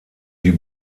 die